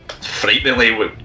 frighteningly